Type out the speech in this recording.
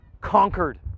conquered